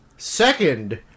Second